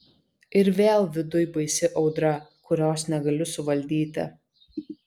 ir vėl viduj baisi audra kurios negaliu suvaldyti